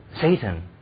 Satan